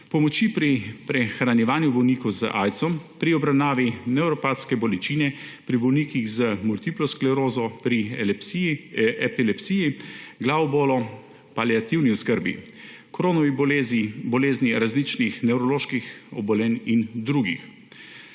pomoči pri prehranjevanju bolnikov z aidsom, pri obravnavi nevropatske bolečine pri bolnikih z multiplo sklerozo, pri epilepsiji, glavobolu, paliativni oskrbi, Crohnovi bolezni, bolezni različnih nevroloških obolenj in drugih.